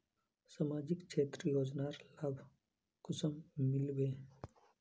सामाजिक क्षेत्र योजनार लाभ कुंसम मिलबे?